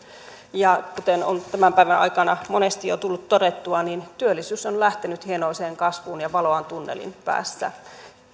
ja kuten on tämän päivän aikana monesti jo tullut todettua työllisyys on lähtenyt hienoiseen kasvuun ja valoa on tunnelin päässä